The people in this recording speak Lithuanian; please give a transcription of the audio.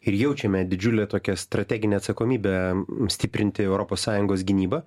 ir jaučiame didžiulę tokią strateginę atsakomybę stiprinti europos sąjungos gynybą